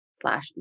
slash